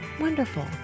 wonderful